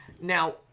Now